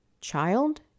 child